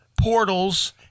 portals